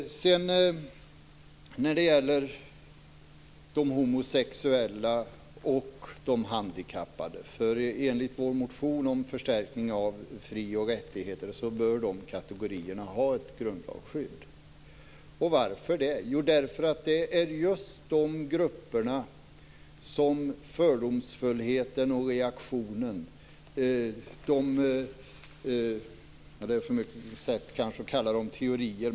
När det gäller de homosexuella och de handikappade bör de kategorierna ha ett grundlagsskydd, enligt vår motion om förstärkning av fri och rättigheter. Varför? Jo, därför att det är just mot de grupperna som fördomsfullheten och reaktionen, de åsikter som är diskriminatoriska, just slår.